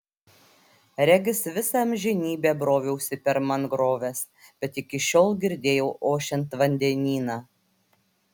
regis visą amžinybę broviausi per mangroves bet iki šiol girdėjau ošiant vandenyną